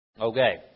Okay